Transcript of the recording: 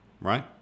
Right